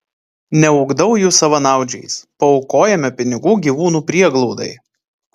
neugdau jų savanaudžiais paaukojame pinigų gyvūnų prieglaudai